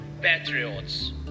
patriots